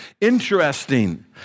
Interesting